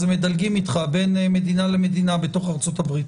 הם מדלגים אתך בין מדינה למדינה בתוך ארצות-הברית.